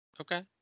Okay